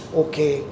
okay